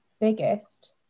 biggest